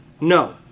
No